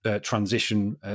transition